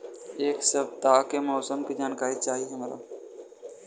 एक सपताह के मौसम के जनाकरी चाही हमरा